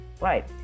right